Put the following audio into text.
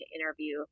interview